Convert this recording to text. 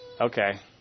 Okay